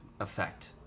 effect